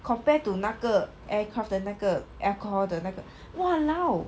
compared to 那个 aircraft 的那个 alcohol 的那个 !walao!